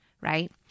Right